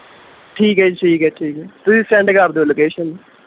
ਠੀਕ ਹੈ ਜੀ ਠੀਕ ਹੈ ਠੀਕ ਹੈ ਤੁਸੀਂ ਸੈਂਡ ਕਰ ਦਿਉ ਲੋਕੇਸ਼ਨ